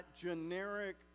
generic